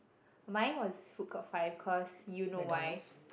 mine was food court five because you know why